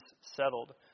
settled